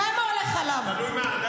תלוי מה.